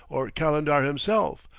or calendar himself,